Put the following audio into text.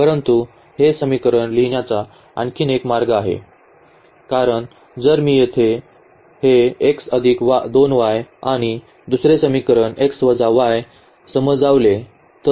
परंतु हे समीकरण लिहिण्याचा आणखी एक मार्ग आहे कारण जर मी येथे हे आणि दुसरे समीकरण समजावले तर